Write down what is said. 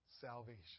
salvation